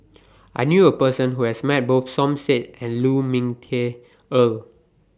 I knew A Person Who has Met Both Som Said and Lu Ming Teh Earl